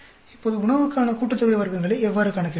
இப்போது உணவுக்கான கூட்டுத்தொகை வர்க்கங்களை எவ்வாறு கணக்கிடுவது